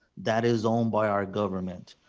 that is owned by our government.